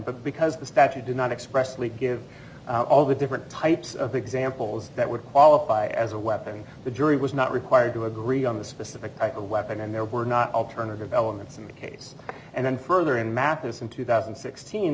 but because the statute did not expressly give all the different types of examples that would qualify as a weapon the jury was not required to agree on the specific type of weapon and there were not alternative elements in the case and then further in map this in two thousand and sixteen